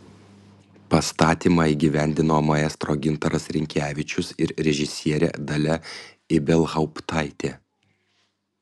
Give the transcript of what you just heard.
pastatymą įgyvendino maestro gintaras rinkevičius ir režisierė dalia ibelhauptaitė